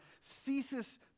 ceases